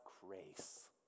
grace